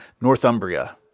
Northumbria